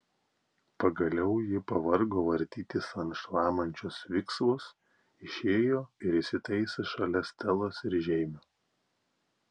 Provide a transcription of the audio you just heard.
pagaliau ji pavargo vartytis ant šlamančios viksvos išėjo ir įsitaisė šalia stelos ir žeimio